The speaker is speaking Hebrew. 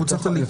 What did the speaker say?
קבוצת הליכוד,